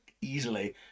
easily